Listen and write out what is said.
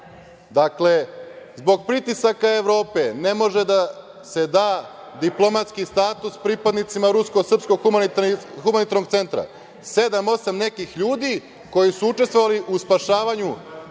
zapada, zbog pritisaka Evrope ne može da se da diplomatski status pripadnicima Rusko-srpskog humanitarnog centra. Sedam, osam nekih ljudi koji su učestvovali u spašavanju